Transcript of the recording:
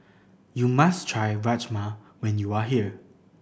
you must try Rajma when you are here